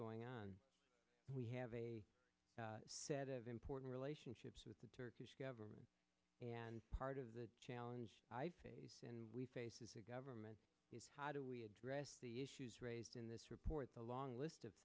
going on we have a set of important relationships with the turkish government and part of the challenge we face as a government is how do we address the issues raised in this report the long list of